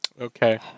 Okay